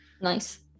Nice